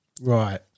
Right